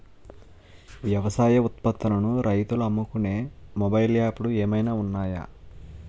వ్యవసాయ ఉత్పత్తులను రైతులు అమ్ముకునే మొబైల్ యాప్ లు ఏమైనా ఉన్నాయా?